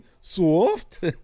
soft